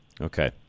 Okay